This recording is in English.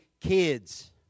kids